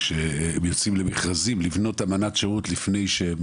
שכשהם יוצאים למכרזים לבנות אמנת שירות לפני שהם